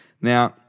Now